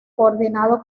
coordinado